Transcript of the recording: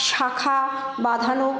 শাঁখা বাঁধানো